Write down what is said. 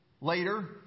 later